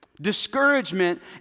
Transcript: discouragement